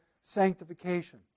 sanctification